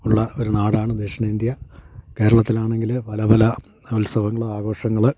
ഉള്ള ഒരു നാടാണ് ദക്ഷിണേന്ത്യ കേരളത്തിലാണെങ്കിൽ പല പല ഉത്സവങ്ങൾ ആഘോഷങ്ങൾ